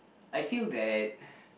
I feel that